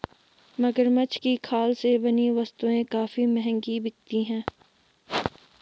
मगरमच्छ की खाल से बनी वस्तुएं काफी महंगी बिकती हैं